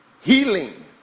healing